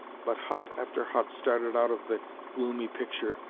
but hut after hut started out of the gloomy picture,